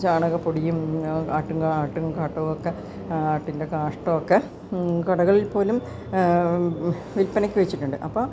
ചാണകപ്പൊടിയും ആട്ടും ആട്ടും കാട്ടവുമൊക്കെ പിന്നെ കാഷ്ഠവുമൊക്കെ കടകളിൽ പോലും വിൽപ്പനക്ക് വെച്ചിട്ടുണ്ട് അപ്പോൾ